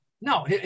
no